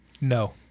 No